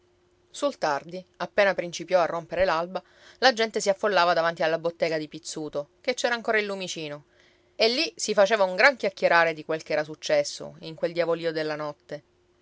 sul tardi appena principiò a rompere l'alba la gente si affollava davanti alla bottega di pizzuto che c'era ancora il lumicino e lì si faceva un gran chiacchierare di quel che era successo in quel diavolio della notte